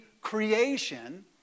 creation